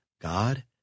god